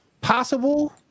possible